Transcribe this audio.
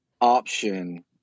option